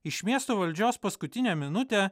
iš miesto valdžios paskutinę minutę